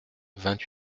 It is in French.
vingt